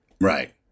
Right